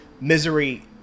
misery